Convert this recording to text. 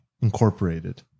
incorporated